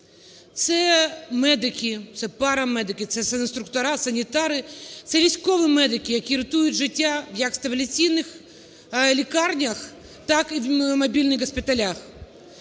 Це медики, це парамедики, це санінструктори, санітари, це військові медики, які рятують життя як в стабілізаційних лікарнях, так і в мобільних госпіталях.